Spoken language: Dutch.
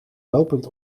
lopend